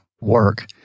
work